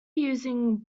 using